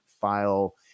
file